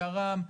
שר"מ,